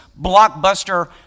blockbuster